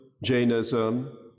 Jainism